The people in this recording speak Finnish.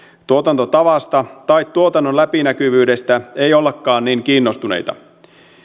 tuotantotavasta tai tuotannon läpinäkyvyydestä ei ollakaan niin kiinnostuneita